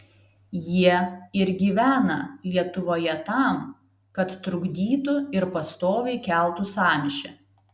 jie ir gyvena lietuvoje tam kad trukdytų ir pastoviai keltų sąmyšį